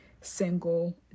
single